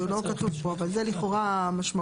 זה לא כתוב פה, אבל זה לכאורה המשמעות.